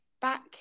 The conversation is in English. back